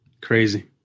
Crazy